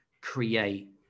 create